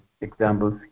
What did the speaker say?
examples